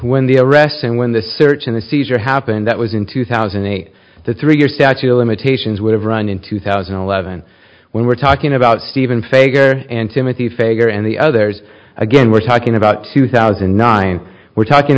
when the arrests and when the search and seizure happened that was in two thousand and eight the three year statute of limitations would have run in two thousand and eleven when we're talking about steven fager and timothy fager and the others again we're talking about two thousand and nine we're talking